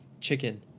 chicken